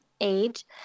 age